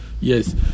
Yes